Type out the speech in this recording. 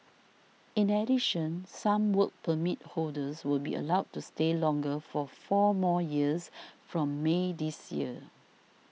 in addition some Work Permit holders will be allowed to stay longer for four more years from May this year